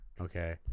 Okay